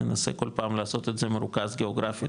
ננסה כל פעם לעשות את זה מרוכז גאוגרפית